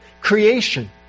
creation